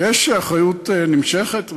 יש אחריות נמשכת,